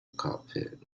cafe